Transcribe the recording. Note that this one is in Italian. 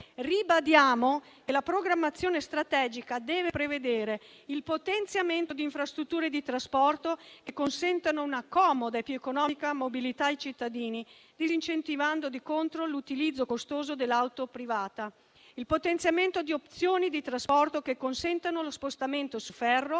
Ribadiamo che la programmazione strategica deve prevedere: il potenziamento di infrastrutture di trasporto che consentano una comoda e più economica mobilità ai cittadini, disincentivando di contro l'utilizzo costoso dell'auto privata; il potenziamento di opzioni di trasporto che consentano lo spostamento su ferro